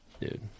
Dude